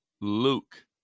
luke